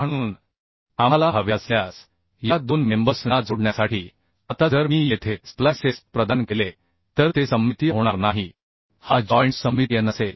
म्हणून आम्हाला हवे असल्यास या दोन मेंबर्स ना जोडण्यासाठी आता जर मी येथे स्प्लाइसेस प्रदान केले तर ते सममितीय होणार नाही हा जॉइंट सममितीय नसेल